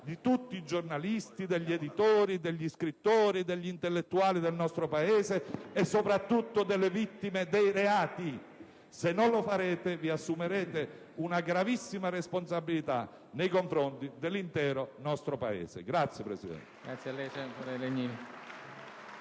di tutti i giornalisti, degli editori, degli scrittori, degli intellettuali del nostro Paese e, soprattutto, delle vittime dei reati. Se non lo farete, vi assumerete una gravissima responsabilità nei confronti dell'intero nostro Paese. *(Applausi